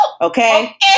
Okay